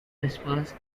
whispers